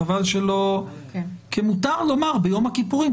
חבל שלא כי מותר לומר שביום הכיפורים,